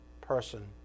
person